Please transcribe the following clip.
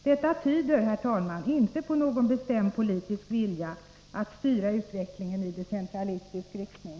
Detta tyder, herr talman, inte på någon bestämd politisk vilja att styra utvecklingen i decentralistisk riktning.